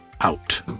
out